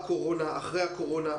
אחרי הקורונה,